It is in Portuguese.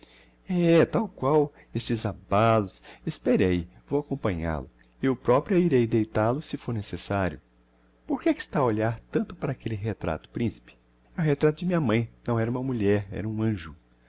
é tal qual estes abalos espere ahi vou acompanhál o eu propria irei deitál o se for necessario por que é que está a olhar tanto para aquelle retrato principe é o retrato de minha mãe não era uma mulher era um anjo